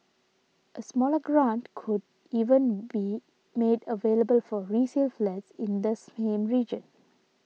a smaller grant could even be made available for resale flats in the same region